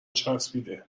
چسبیده